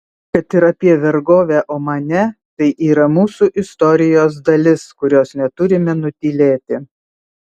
kad ir apie vergovę omane tai yra mūsų istorijos dalis kurios neturime nutylėti